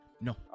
no